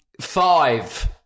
Five